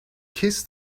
kiss